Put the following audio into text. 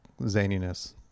zaniness